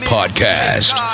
Podcast